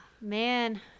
Man